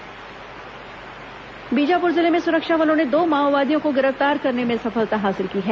माओवादी गिरफ्तार बीजापुर जिले में सुरक्षा बलों ने दो माओवादियों को गिरफ्तार करने में सफलता हासिल की है